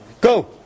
Go